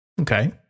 Okay